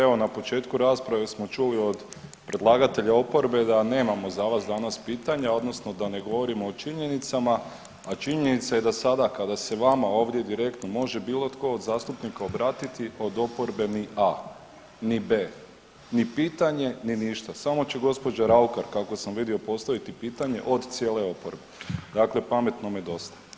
Evo na početku rasprave smo čuli od predlagatelja oporbe da nemamo za vas danas pitanja odnosno da ne govorimo o činjenicama, a činjenica je da sada kada se vama ovdje direktno može bilo tko od zastupnika obratiti od oporbe ni A ni B ni pitanje ni ništa, samo će gospođa Raukar kako sam vidio postaviti pitanje od cijele oporbe, dakle pametnome dosta.